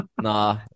Nah